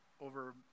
over